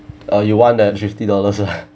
uh you want then fifty dollars lah